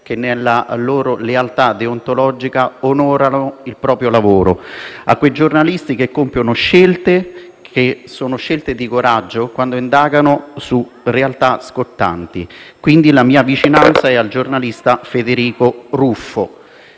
che, nella loro lealtà deontologica, onorano il proprio lavoro; a quei giornalisti che compiono scelte di coraggio quando indagano su realtà scottanti. La mia vicinanza va quindi a Federico Ruffo,